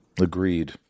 Agreed